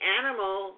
animal